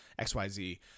xyz